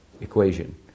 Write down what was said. equation